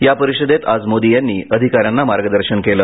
या परिषदेत आज मोदी यांनी अधिकाऱ्यांना मार्गदर्शन केलं